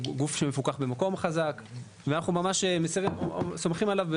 זה גוף שמפוקח במקום חזק אנחנו ממש סומכים עליו,